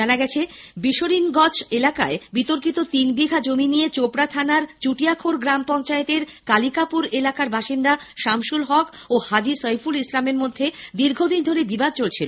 জানা গেছে বিশরিনগছ এলাকার বিতর্কিত তিন বিঘা জমি নিয়ে চোপড়া থানার চুটিয়াখোর গ্রাম পঞ্চায়েতের কালিকাপুর এলাকার বাসিন্দা শামসুল হক ও হাজী সইফুল ইসলামের মধ্যে দীর্ঘদিন ধরে বিবাদ চলছিল